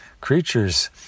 creatures